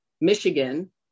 Michigan